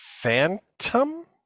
Phantom